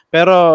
Pero